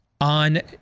on